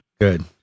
Good